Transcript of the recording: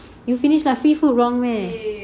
you finished the seafood wrong leh